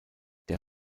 der